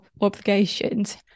obligations